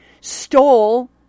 stole